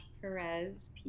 Perez